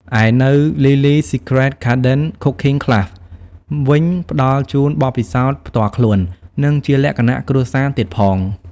ឯនៅ Lily's Secret Garden Cooking Class វិញផ្តល់ជូនបទពិសោធន៍ផ្ទាល់ខ្លួន និងជាលក្ខណៈគ្រួសារទៀតផង ។